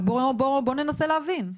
בוא ננסה להבין.